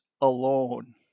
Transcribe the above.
alone